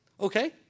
Okay